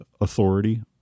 authority